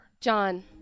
John